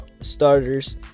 starters